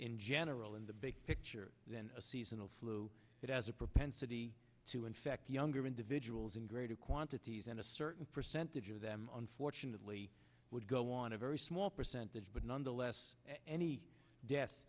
in general in the big picture than a seasonal flu that has a propensity to infect younger individuals in greater quantities and a certain percentage of them unfortunately would go on a very small percentage but nonetheless any death